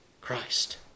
Christ